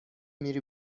میری